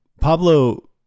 pablo